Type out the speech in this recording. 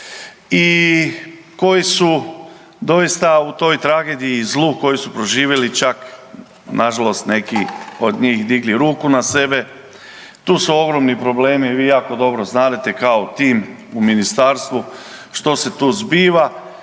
i koji su doista u toj tragediji i zlu koji su proživjeli čak nažalost neki od njih digli ruku na sebe, tu su ogromni problemi vi jako dobro znate kao tim u Ministarstvu što se tu zbiva,